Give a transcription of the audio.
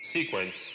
Sequence